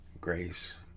grace